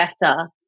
better